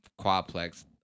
quadplex